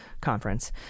conference